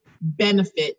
benefit